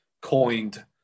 coined